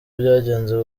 byagenze